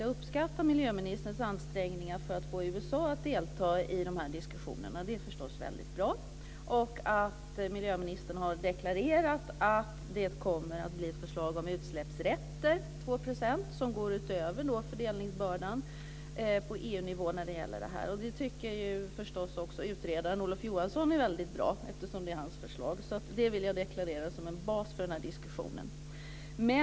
Jag uppskattar miljöministerns ansträngningar för att få USA att delta i de här diskussionerna - det är förstås väldigt bra - och att miljöministern har deklarerat att det kommer att bli ett förslag om utsläppsrätter, 2 %, som går utöver fördelningsbördan på EU nivå när det gäller dessa saker. Utredaren Olof Johansson tycker förstås också att det här är väldigt bra; det är ju hans förslag. Jag vill deklarera detta som en bas för diskussionen.